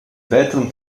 weiteren